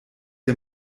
der